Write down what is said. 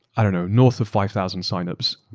i don't know, north of five thousand sign-ups.